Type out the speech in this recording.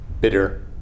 bitter